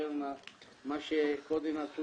מה שקודם עשו